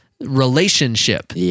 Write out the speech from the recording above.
relationship